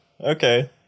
Okay